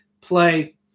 play